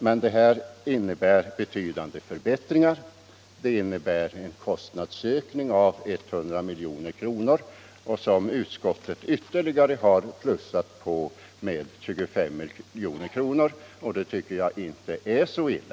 De förbättringar som föreslås i propositionen medför — en m.m. en kostnadsökning på 100 milj.kr., och detta belopp har utskottet ytter ligare plussat på med 25 milj.kr. Det tycker jag inte är så illa.